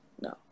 No